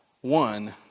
one